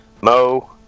Mo